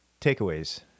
takeaways